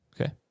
Okay